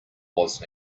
was